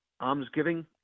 almsgiving